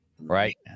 right